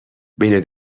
بین